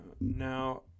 now